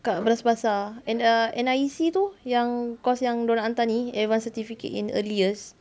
kat bras basah and err N_I_C tu yang course yang dia orang nak hantar ni advance certificate in earliest